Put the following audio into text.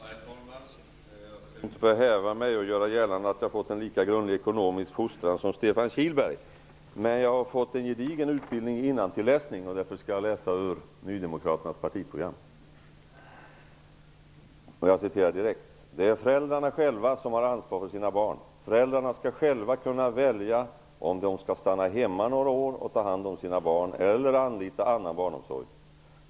Herr talman! Jag skall inte förhäva mig och göra gällande att jag har fått en lika grundlig ekonomisk fostran som Stefan Kihlberg. Men jag har fått en gedigen utbildning i innantilläsning, och därför skall jag läsa ur nydemokraternas partiprogram: ''Det är föräldrarna själva som har ansvar för sina barn. Föräldrarna skall själva kunna välja om de skall stanna hemma några år och ta hand om sina barn eller anlita annan barnomsorg.